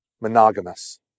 monogamous